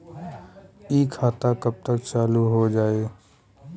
इ खाता कब तक चालू हो जाई?